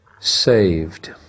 saved